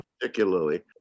particularly